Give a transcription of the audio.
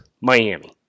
Miami